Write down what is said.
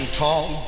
talk